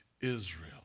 Israel